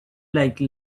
like